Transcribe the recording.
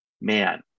man